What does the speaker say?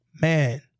Man